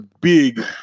big